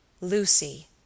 Lucy